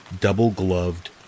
double-gloved